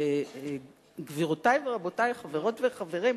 גבירותי ורבותי, חברות וחברים,